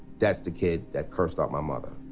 that's the kid that cursed out my mother.